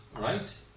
right